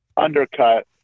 undercut